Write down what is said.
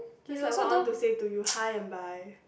just like what I want to say to you hi and bye